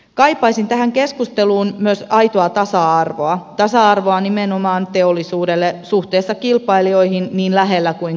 kaipaisin tähän keskusteluun myös aitoa tasa arvoa tasa arvoa nimenomaan teollisuudelle suhteessa kilpailijoihin niin lähellä kuin kaukana